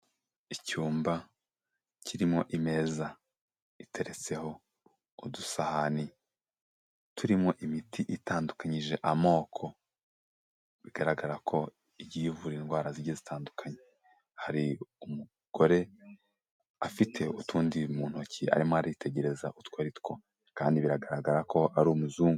Icyumba kirimo imeza iteretseho udusahani turimo imiti itandukanyije amoko, bigaragara ko igiye ivura indwara zigiye zitandukanye, hari umugore afite utundi mu ntoki arimo aritegereza utwo ari two, kandi biragaragara ko ari umuzungu.